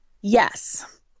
Yes